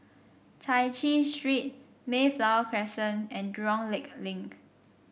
Chai Chee Street Mayflower Crescent and Jurong Lake Link